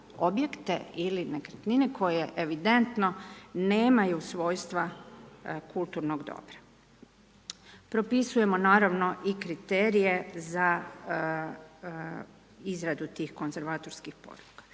objekte ili nekretnine, koje evidentno nemaju svojstva kulturnog dobra. Propisujemo naravno i kriterije za izradu tih konzervatorskih